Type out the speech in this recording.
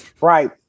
Right